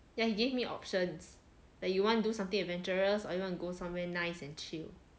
yeah he give me options like you want to do something adventurous or you wanna go somewhere nice and chill